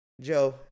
Joe